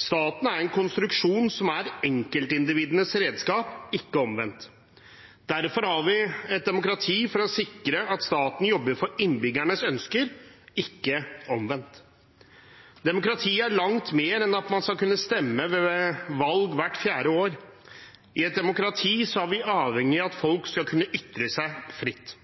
Staten er en konstruksjon som er enkeltindividenes redskap, ikke omvendt. Derfor har vi et demokrati for å sikre at staten jobber for innbyggernes ønsker, ikke omvendt. Demokrati er langt mer enn at man skal kunne stemme ved valg hvert fjerde år. I et demokrati er vi avhengige av at folk skal kunne ytre seg fritt.